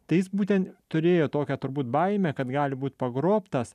tai jis būtent turėjo tokią turbūt baimę kad gali būt pagrobtas